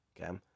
Okay